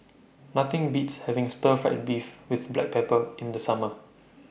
Nothing Beats having Stir Fried Beef with Black Pepper in The Summer